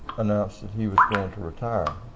announced that he was going to retire.